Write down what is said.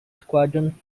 squadron